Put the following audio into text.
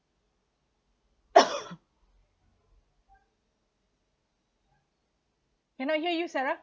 cannot hear you sarah